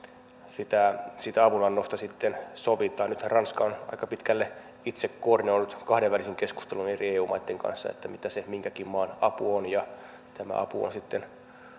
siitä avunannosta sitten sovitaan nythän ranska on aika pitkälle itse koordinoinut kahdenvälisin keskusteluin eri eu maitten kanssa mitä se minkäkin maan apu on ja tämä apu sitten